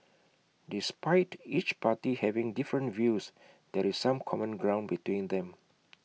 despite each party having different views there is some common ground between them